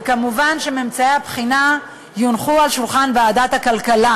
ומובן שממצאי הבחינה יונחו על שולחן ועדת הכלכלה.